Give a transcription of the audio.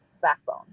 backbone